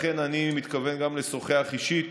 לכן אני מתכוון גם לשוחח אישית